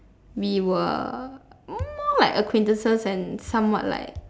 we were more like acquaintances and somewhat like